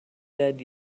dead